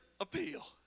appeal